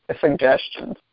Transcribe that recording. suggestions